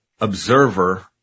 observer